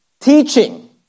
teaching